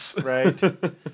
Right